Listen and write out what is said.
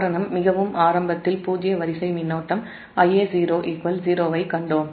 காரணம் மிகவும் ஆரம்பத்தில் பூஜ்ஜிய வரிசை மின்னோட்டம் Ia0 0 ஐக் கண்டோம்